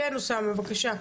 אוסאמה, בבקשה.